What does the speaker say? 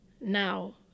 now